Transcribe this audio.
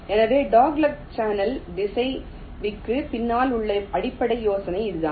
எனவே dogleg channel திசைவிக்கு பின்னால் உள்ள அடிப்படை யோசனை இதுதான்